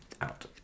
out